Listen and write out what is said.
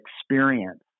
experience